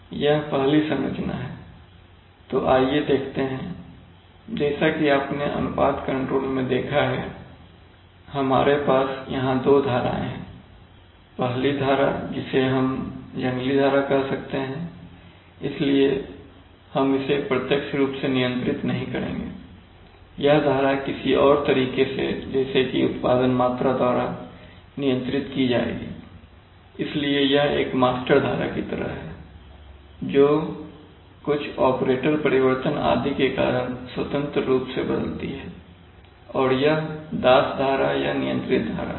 यह पहली संरचना है तो आइए देखते हैं जैसा कि आपने अनुपात कंट्रोल मैं देखा है हमारे पास यहां दो धाराएं हैं पहली धारा इसे हम जंगली धारा कह सकते हैं इसलिए हम इसे प्रत्यक्ष रूप से नियंत्रित नहीं करेंगे यह धारा किसी और तरीके से जैसे कि उत्पादन मात्रा द्वारा नियंत्रित की जाएगी इसलिए यह एक मास्टर धारा की तरह है जो कुछ ऑपरेटर परिवर्तन आदि के कारण स्वतंत्र रूप से बदलती है और यह दास धारा या नियंत्रित धारा है